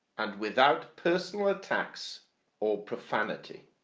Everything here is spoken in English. and without personal attacks or profanity.